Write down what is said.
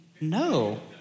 No